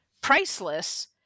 priceless